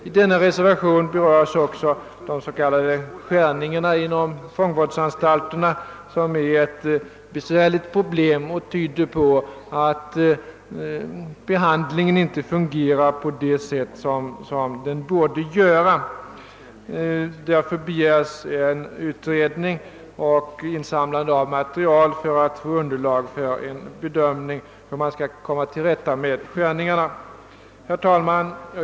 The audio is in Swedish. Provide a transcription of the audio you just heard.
I denna reservation berörs också de s.k. skärningarna inom fångvårdsanstalterna vilka är ett besvärligt problem och vilka tyder på att behandlingen inte fungerar på det sätt som den borde göra. Därför begärs en utredning och insamlande av material för att få underlag för en bedömning av hur man skall komma till rätta med skärningarna. Herr talman!